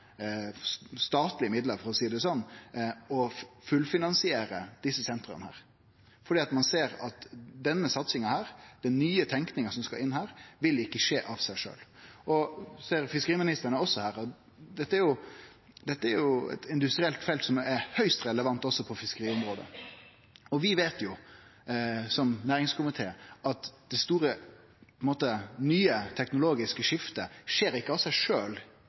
statlege midlar for å seie det sånn, og fullfinansierer desse sentra, fordi ein ser at denne satsinga, den nye tenkinga, ikkje vil skje av seg sjølv. Fiskeriministeren er også her. Dette er jo eit industrielt felt som er høgst relevant også på fiskeriområdet. Vi veit jo som næringskomité at det store og nye teknologiske skiftet ikkje skjer av seg